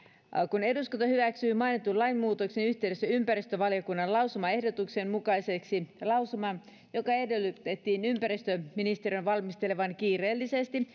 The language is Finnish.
eduskunta hyväksyi mainitun lainmuutoksen yhteydessä ympäristövaliokunnan lausumaehdotuksen mukaisesti lausuman jolla edellytettiin ympäristöministeriön valmistelevan kiireellisesti